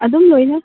ꯑꯗꯨꯝ ꯂꯣꯏꯅ